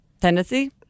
tendency